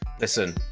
Listen